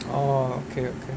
orh okay okay